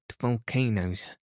volcanoes